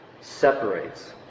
separates